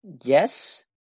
yes